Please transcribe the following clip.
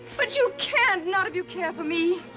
but you can't! not if you care for me.